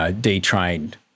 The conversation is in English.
detrained